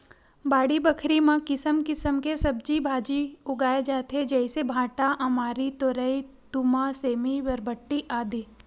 बाड़ी बखरी म किसम किसम के सब्जी भांजी उगाय जाथे जइसे भांटा, अमारी, तोरई, तुमा, सेमी, बरबट्टी, आदि